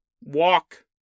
walk